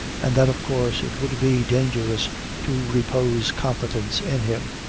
and that of course it would be dangerous to repose confidence in him.